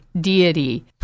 deity